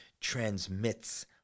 transmits